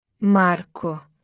Marco